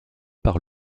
par